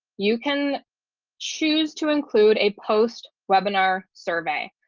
you can choose to include a post webinar survey,